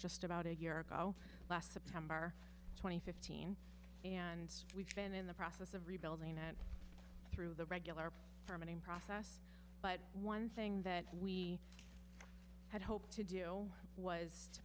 just about a year ago last september twenty fifth and we've been in the process of rebuilding it through the regular process but one thing that we had hoped to do was